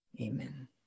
Amen